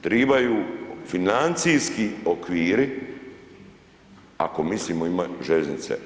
Trebaju financijski okviri ako mislimo imati željeznice.